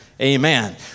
Amen